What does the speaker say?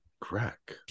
crack